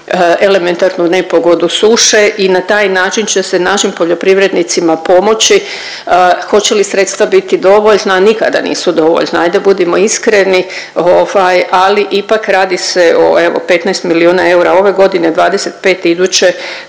elementarnu nepogodu suše i na taj način će se našim poljoprivrednicima pomoći. Hoće li sredstva biti dovoljna, nikada nisu dovoljna, ajde budimo iskreni, ovaj, ali ipak radi se o evo, 15 milijuna eura ove godine, 25 iduće,